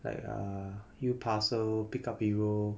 like err uParcel Pickupp Hero